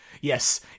Yes